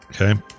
okay